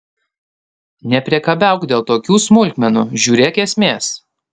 nepriekabiauk dėl tokių smulkmenų žiūrėk esmės